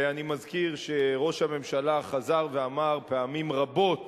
ואני מזכיר שראש הממשלה חזר ואמר פעמים רבות